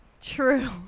True